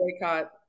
boycott